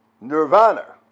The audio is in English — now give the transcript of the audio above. nirvana